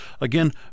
Again